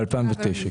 ב-2009.